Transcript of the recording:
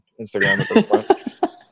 Instagram